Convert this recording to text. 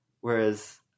Whereas